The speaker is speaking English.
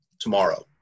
tomorrow